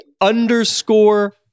underscore